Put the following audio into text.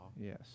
Yes